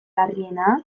larrienak